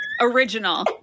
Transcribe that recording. Original